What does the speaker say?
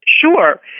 Sure